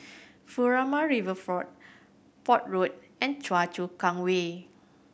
Furama Riverfront Port Road and Choa Chu Kang Way